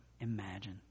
imagine